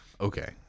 Okay